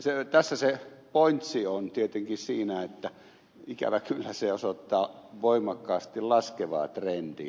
tässä se pointsi on tietenkin siinä että ikävä kyllä se osoittaa voimakkaasti laskevaa trendiä